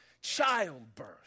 childbirth